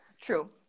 True